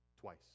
Twice